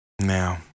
Now